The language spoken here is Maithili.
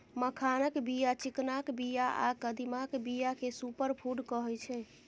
मखानक बीया, चिकनाक बीया आ कदीमाक बीया केँ सुपर फुड कहै छै